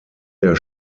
der